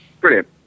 brilliant